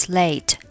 late